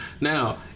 Now